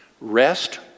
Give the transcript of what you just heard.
rest